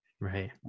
Right